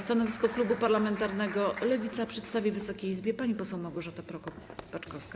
Stanowisko klubu parlamentarnego Lewica przedstawi Wysokiej Izbie pani poseł Małgorzata Prokop-Paczkowska.